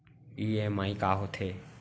EMI का होथे?